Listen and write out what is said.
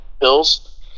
Hills